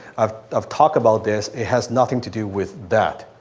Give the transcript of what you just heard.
i've i've talked about this. it has nothing to do with that.